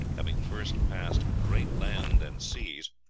having first passed great land and seas,